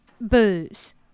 booze